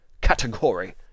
category